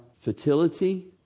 fertility